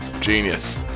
genius